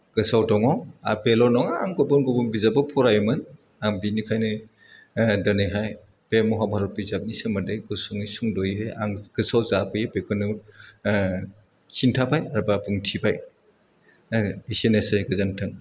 गोसोआव दङ आर बेल' नङा आं गुबुन गुबुन बिजाबबो फरायोमोन आं बिनिखायनो दिनैहाय बे महाभारत बिजाबनि सोमोन्दै गुसुङै सुंद'यैहाय आं गोसोआव जा बे बेखौनो खिन्थाबाय एबा बुंथिबाय एसेनोसै गोजोन्थों